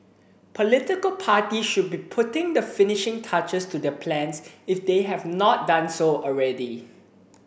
political party should be putting the finishing touches to their plans if they have not done so already